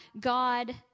God